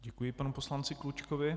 Děkuji panu poslanci Klučkovi.